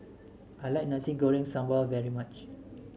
I like Nasi Goreng Sambal very much